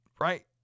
Right